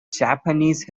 japanese